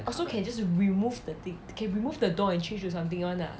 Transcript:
also can just remove the thing can remove the door and change to something [one] ah